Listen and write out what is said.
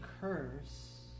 curse